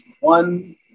one